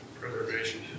Preservation